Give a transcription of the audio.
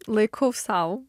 laikau sau